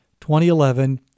2011